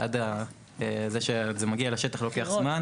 עד שזה שמגיע לשטח לוקח זמן.